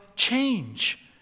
change